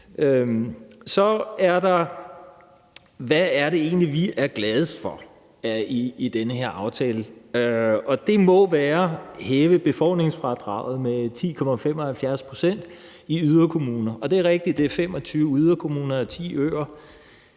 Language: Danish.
spørgsmålet: Hvad er det egentlig, vi er gladest for i den her aftale? Det må være at hæve befordringsfradraget med 10,75 pct. i yderkommunerne. Det er rigtigt, at det er 25 yderkommuner og 10 øer,